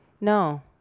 No